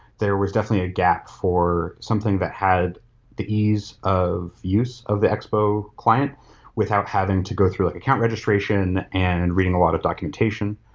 there was definitely a gap for something that had the ease of use of the expo client without having to go through an like account registration and reading a lot of documentation.